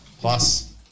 Plus